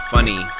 Funny